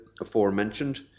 aforementioned